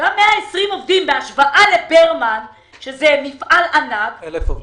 גם 120 עובדים בהשוואה לברמן שזה מפעל ענק עם 1,000 עובדים,